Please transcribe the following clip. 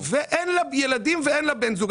ואין לה ילדים ואין לה בן זוג.